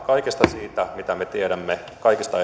kaikesta siitä mitä me tiedämme kaikista